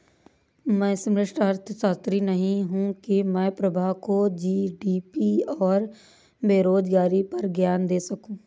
मैं समष्टि अर्थशास्त्री नहीं हूं की मैं प्रभा को जी.डी.पी और बेरोजगारी पर ज्ञान दे सकूं